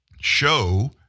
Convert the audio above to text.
show